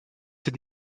est